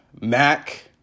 Mac